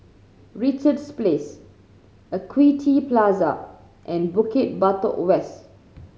Richards Place Equity Plaza and Bukit Batok West